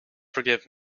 forgive